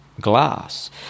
glass